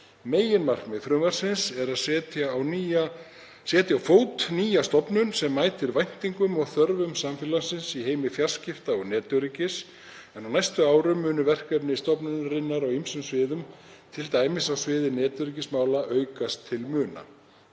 Meginmarkmið frumvarpsins er að setja á fót nýja stofnun sem mætir væntingum og þörfum samfélagsins í heimi fjarskipta og netöryggis, en á næstu árum munu verkefni stofnunarinnar á ýmsum sviðum, t.d. á sviði netöryggismála, aukast til muna.